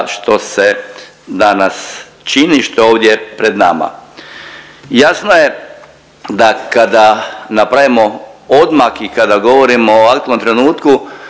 što se danas čini, što je ovdje pred nama. Jasno je da kada napravimo odmak i kada govorimo o ovakvom trenutku